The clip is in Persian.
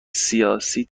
سیاسی